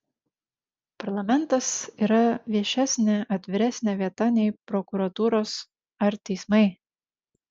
parlamentas yra viešesnė atviresnė vieta nei prokuratūros ar teismai